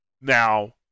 Now